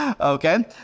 Okay